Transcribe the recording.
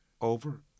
over